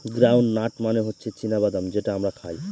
ground nut মানে হচ্ছে চীনা বাদাম যেটা আমরা খাই